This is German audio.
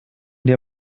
dir